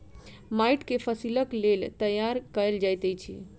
माइट के फसीलक लेल तैयार कएल जाइत अछि